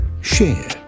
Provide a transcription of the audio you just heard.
share